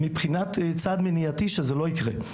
מבחינת צעד מניעתי שזה לא יקרה.